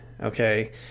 okay